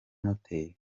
noteri